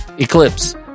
Eclipse